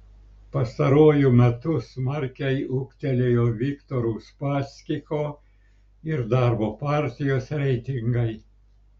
pastaruoju metu smarkiai ūgtelėjo viktoro uspaskicho ir darbo partijos reitingai